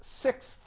sixth